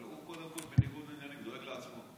אבל הוא קודם כול בניגוד עניינים, דואג לעצמו.